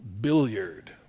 billiard